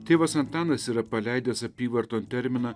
tėvas antanas yra paleidęs apyvarton terminą